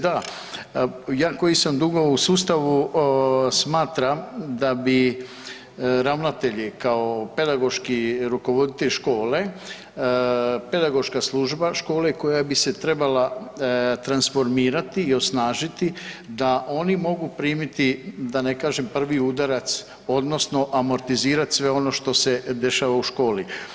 Da, ja koji sam dugo u sustavu smatram da bi ravnatelji kao pedagoški rukovoditelji škole, pedagoška služba škole koja bi se trebala transformirati i osnažiti da oni mogu primiti da ne kažem prvi udarac odnosno amortizirati sve ono što se dešava u školi.